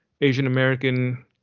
asian-american